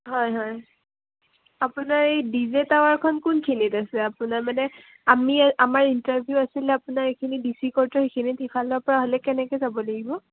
হয় হয় আপোনাৰ এই ডি জে টাৱাৰখন কোনখিনিত আছে আপোনাৰ মানে আমি আমাৰ ইণ্টাৰভিউ আছিলে আপোনাৰ এইখিনি ডি চি কৰ্টৰ সেইখিনিত সিফালৰপৰা হ'লে কেনেকৈ যাব লাগিব